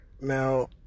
Now